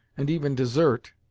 and even dessert,